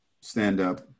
stand-up